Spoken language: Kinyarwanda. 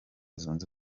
zunze